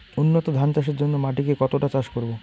উন্নত ধান চাষের জন্য মাটিকে কতটা চাষ করব?